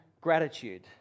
gratitude